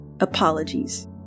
apologies